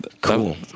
Cool